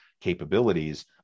capabilities